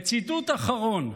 וציטוט אחרון: